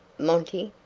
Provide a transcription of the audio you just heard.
monty,